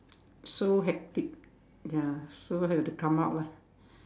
so hectic ya so have to come out lah